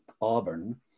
Auburn